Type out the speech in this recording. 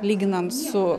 lyginant su